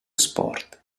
sport